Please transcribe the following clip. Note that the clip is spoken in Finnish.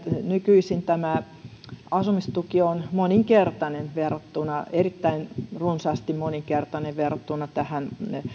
nykyisin asumistuki on moninkertainen erittäin runsaasti moninkertainen verrattuna